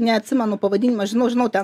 neatsimenu pavadinimo žinau žinau ten